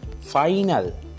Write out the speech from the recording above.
final